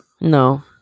No